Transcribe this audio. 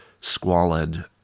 squalid